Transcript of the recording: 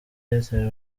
airtel